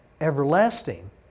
everlasting